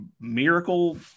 miracle